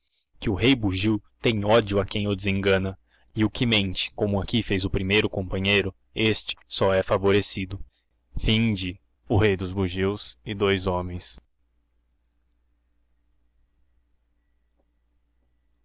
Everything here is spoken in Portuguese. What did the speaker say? que o rei bugio tem ódio a quem o desengana e o que mente como aqui fez o primeiro companheiro este só he favorecido a andorinha e outras aves semeavãoos homens